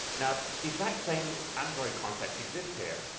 now, the exact same android concepts exist here,